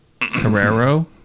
Carrero